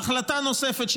החלטה נוספת,